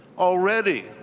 already,